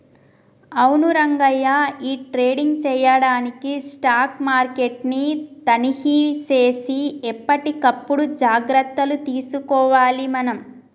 అవును రంగయ్య ఈ ట్రేడింగ్ చేయడానికి స్టాక్ మార్కెట్ ని తనిఖీ సేసి ఎప్పటికప్పుడు జాగ్రత్తలు తీసుకోవాలి మనం